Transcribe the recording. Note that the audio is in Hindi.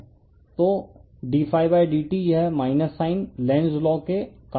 तो d dt यह साइन लेन्ज़ के लॉ के कारण आता है